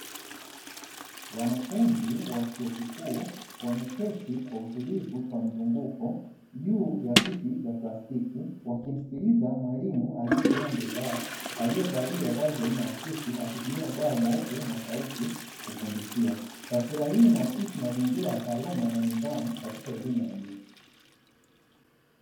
Wanafunzi wa chuo kikuu wameketi kwa utulivu kwa mzunguko juu ya viti vya plastiki wakimsikiliza mwalimu aliyesimama mbele yao aliyevalia vazi aina ya suti. akitumia ubao mweupe na sauti kufundishia taswira hii inaakisi mazingira ya taaluma na nidhamu katika elimu ya juu.